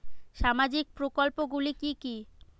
সামাজিক প্রকল্প গুলি কি কি?